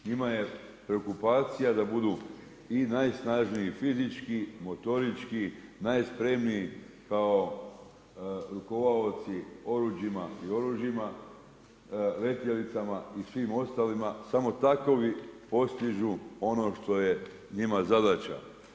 Njima je preokupacija da budu i najsnažniji fizički, motorički, najspremniji kao rukovodioci oružjima i oruđima, letjelicama i svim ostalima, samo takovi postižu ono što je njima zadaća.